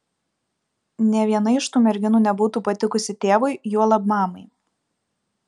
nė viena iš tų merginų nebūtų patikusi tėvui juolab mamai